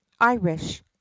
irish